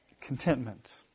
contentment